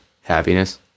happiness